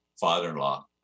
father-in-law